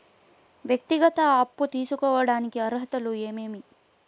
వ్యక్తిగత అప్పు తీసుకోడానికి అర్హతలు ఏమేమి